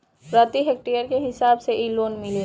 प्रति हेक्टेयर के हिसाब से इ लोन मिलेला